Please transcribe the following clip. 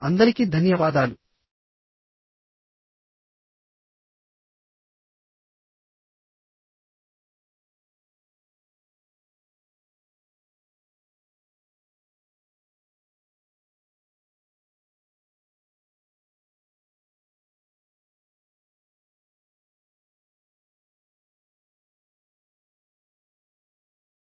అందరికి ధన్యవాదాలు